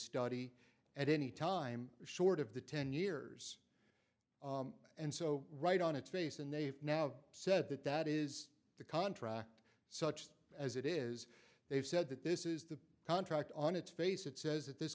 study at any time short of the ten years and so right on its face and they have now said that that is the contract such as it is they have said that this is the contract on its face it says that this